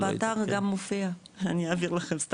באתר גם מופיע, אני אעביר לכם.